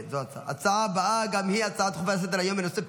ההצעה הבאה גם היא הצעה דחופה לסדר-היום בנושא: